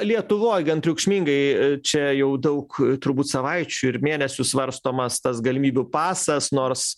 lietuvoj gan triukšmingai ir čia jau daug turbūt savaičių ir mėnesių svarstomas tas galimybių pasas nors